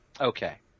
Okay